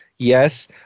Yes